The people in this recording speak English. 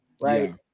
right